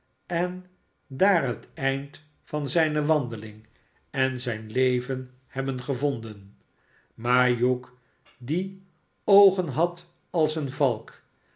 en daar het eind van zijne wandeling en zijn leven hebben gevonden maar hugh die oogen had als een valk